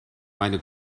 meine